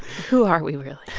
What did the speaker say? who are we really?